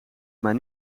maar